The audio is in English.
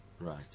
Right